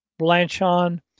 Blanchon